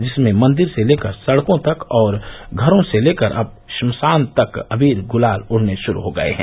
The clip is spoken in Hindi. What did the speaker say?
जिसमें मंदिर से लेकर सड़कों तक और घरों से लेकर अब श्मशान तक अबीर गुलाल उड़ने शरू हो गये हैं